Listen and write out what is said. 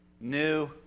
new